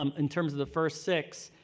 um in terms of the first six,